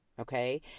Okay